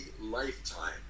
lifetime